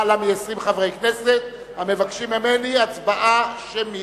מ-20 חברי כנסת המבקשים ממני הצבעה שמית.